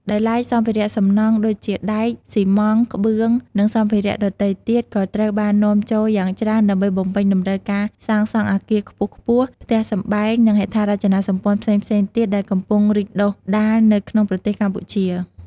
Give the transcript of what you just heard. ដោយឡែក សម្ភារៈសំណង់ ដូចជា ដែក ស៊ីម៉ងត៍ ក្បឿង និងសម្ភារៈដទៃទៀតក៏ត្រូវបាននាំចូលយ៉ាងច្រើនដើម្បីបំពេញតម្រូវការសាងសង់អគារខ្ពស់ៗ ផ្ទះសម្បែង និងហេដ្ឋារចនាសម្ព័ន្ធផ្សេងៗទៀត ដែលកំពុងរីកដុះដាលនៅក្នុងប្រទេសកម្ពុជា។